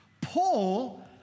Paul